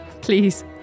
please